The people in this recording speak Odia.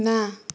ନା